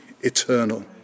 eternal